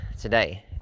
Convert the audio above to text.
today